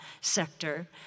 sector